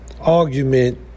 argument